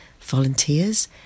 volunteers